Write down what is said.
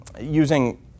using